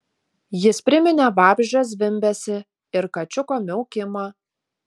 jis priminė vabzdžio zvimbesį ir kačiuko miaukimą